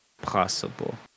possible